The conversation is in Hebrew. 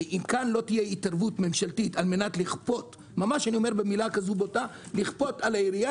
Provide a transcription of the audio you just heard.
ואם כאן לא תהיה התערבות ממשלתית כדי לכפות על העירייה